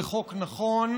זה חוק נכון.